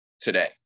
today